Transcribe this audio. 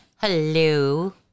Hello